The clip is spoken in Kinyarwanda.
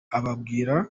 ababwira